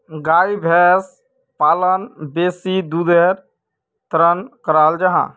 गाय भैंस पालन बेसी दुधेर तंर कराल जाहा